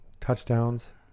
touchdowns